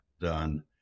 done